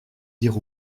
dire